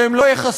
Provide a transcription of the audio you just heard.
שהם לא ייחשפו.